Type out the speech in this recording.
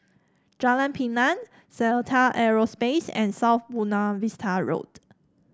Jalan Pinang Seletar Aerospace and South Buona Vista Road